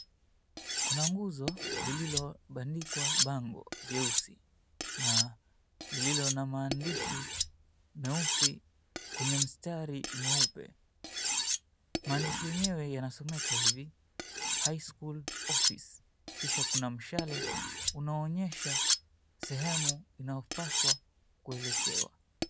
Kuna nguzo lililobandikwa bango jeusi na lililo na maandishi meusi kwenye mstari mweupe. Maandishi yenyewe yanasomomeka hivi; High School Office, kisha kuna mshale unaoonyesha sehemu inayopaswa kuelekewa.